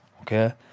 okay